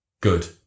good